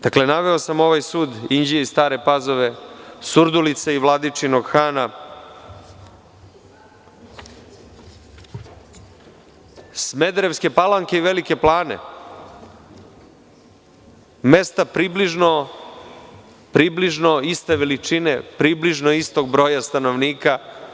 Dakle, naveo sam ovaj sud Inđije i Stare Pazove, Surdulice i Vladičinog Hana, Smederevske Palanke i Velike Plane, mesta približno iste veličine, približno istog broja stanovnika.